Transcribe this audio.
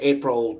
April